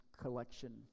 collection